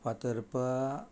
Fatorpa